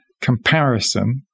comparison